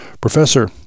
Professor